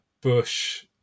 Bush